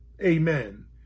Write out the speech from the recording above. amen